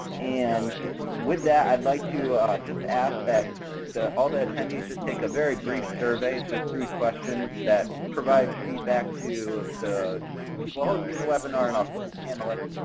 and with that, i'd like to just ask that all the attendees just take a very brief survey. it's just three questions that provide feedback to the people hosting the webinar and also the panelists.